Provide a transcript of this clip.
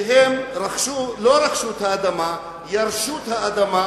שהם לא רכשו את האדמה, ירשו את האדמה,